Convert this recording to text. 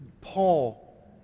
Paul